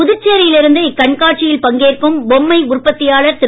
புதுச்சேரியில் இருந்து இக்கண்காட்சியில் பங்கேற்கும் பொம்மை உற்பத்தியாளர் திரு